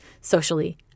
socially